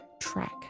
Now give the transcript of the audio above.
track